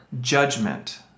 judgment